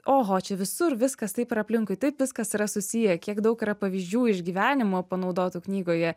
oho čia visur viskas taip ir aplinkui taip viskas yra susiję kiek daug yra pavyzdžių iš gyvenimo panaudotų knygoje